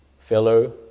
fellow